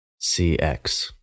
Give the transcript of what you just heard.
CX